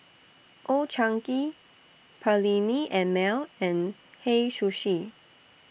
Old Chang Kee Perllini and Mel and Hei Sushi